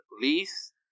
lease